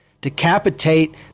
decapitate